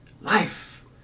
life